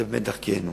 זו באמת דרכנו.